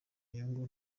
inyungu